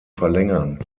verlängern